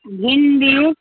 भिण्डी